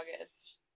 August